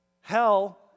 hell